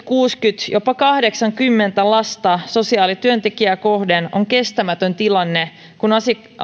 kuusikymmentä jopa kahdeksankymmentä lasta sosiaalityöntekijää kohden on kestämätön tilanne kun